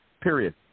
Period